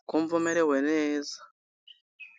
ukumva umerewe neza.